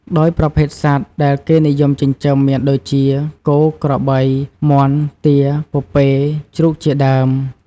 ដោយប្រភេទសត្វដែលគេនិយមចិញ្ចឹម មានដូចជា គោ ក្របី មាន់ ទា ពពែ ជ្រូកជាដើម។